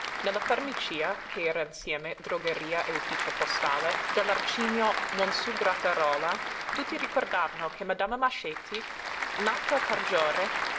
nella farmacia che era insieme drogheria e ufficio postale dell'arcigno mons grattarola tutti ricordavano che madama mascetti nata a cargiore